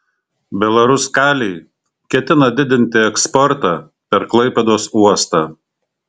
belaruskalij ketina didinti eksportą per klaipėdos uostą